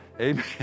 Amen